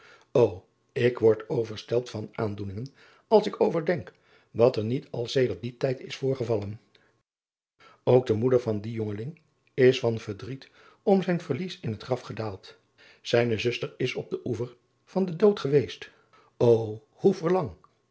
o k word overstelpt van aandoeningen als ik overdenk wat er niet al sedert dien tijd is voorgevallen ok de moeder van dien jongeling is van verdriet om zijn verlies in het graf gedaald ijne zuster is op den oever van den dood geweest o hoe